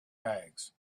bags